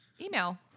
Email